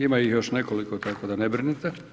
Ima ih još nekoliko tako da ne brinite.